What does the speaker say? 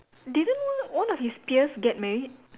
didn't one one of his peers get married